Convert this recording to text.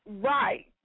Right